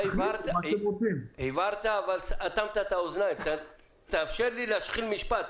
הבהרת, אבל תן לי להשחיל משפט.